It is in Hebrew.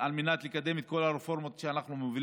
על מנת לקדם את כל הרפורמות שאנחנו מובילים.